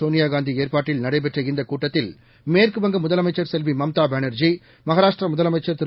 சோனியா காந்தி ஏற்பாட்டில் நடைபெற்ற இந்தக் கூட்டத்தில் மேற்குவங்க முதலமைச்சர் செல்வி மம்தா பானர்ஜி மகாராஷ்ட்ர முதலமைச்சர் திரு